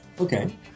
Okay